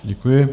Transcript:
Děkuji.